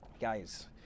Guys